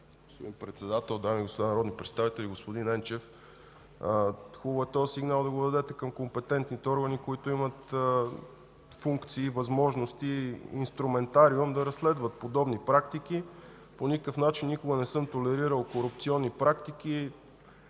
Господин председател, дами и господа народни представители! Господин Енчев, хубаво е този сигнал да го дадете към компетентните органи, които имат функции, възможности и инструментариум да разследват подобни практики. По никакъв начин и никога не съм толерирал корупционни практики.